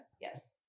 Yes